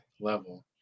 level